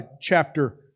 chapter